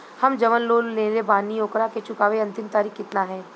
हम जवन लोन लेले बानी ओकरा के चुकावे अंतिम तारीख कितना हैं?